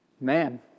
Man